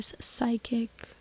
psychic